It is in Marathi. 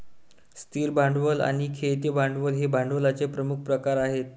स्थिर भांडवल आणि खेळते भांडवल हे भांडवलाचे प्रमुख प्रकार आहेत